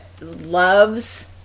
loves